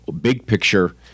big-picture